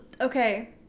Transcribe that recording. okay